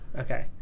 okay